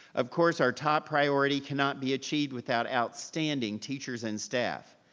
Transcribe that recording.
of course, our top priority cannot be achieved without outstanding teachers and staff,